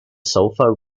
sofa